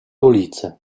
ulicy